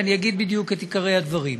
ואני אגיד בדיוק את עיקרי הדברים.